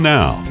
Now